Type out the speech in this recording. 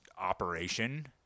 operation